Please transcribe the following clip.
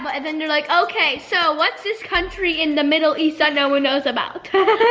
but then they're like, okay, so what's this country in the middle east that no one knows about?